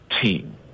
team